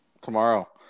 Tomorrow